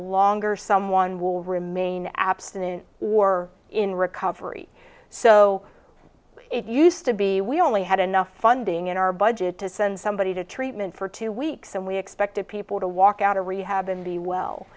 longer someone will remain abstinent or in recovery so it used to be we only had enough funding in our budget to send somebody to treatment for two weeks and we expected people to walk out of rehab and be well